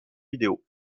vidéo